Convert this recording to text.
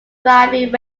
driving